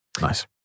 Nice